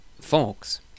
folks